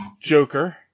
Joker